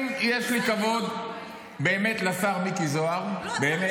אני, יש לי כבוד באמת לשר מיקי זוהר, באמת.